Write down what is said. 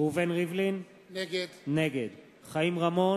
ראובן ריבלין, נגד חיים רמון,